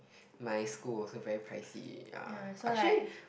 my school also very pricy ya actually